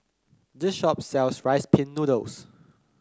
this shop sells Rice Pin Noodles